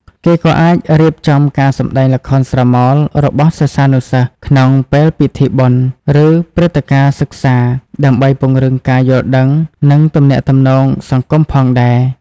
គេក៏អាចរៀបចំការសម្តែងល្ខោនស្រមោលរបស់សិស្សានុសិស្ស ក្នុងពេលពិធីបុណ្យ ឬព្រឹត្តិការណ៍សិក្សា ដើម្បីពង្រឹងការយល់ដឹង និងទំនាក់ទំនងសង្គមផងដែរ។